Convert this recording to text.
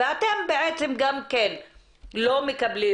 ואתם בעצם גם כן לא מקבלים